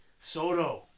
Soto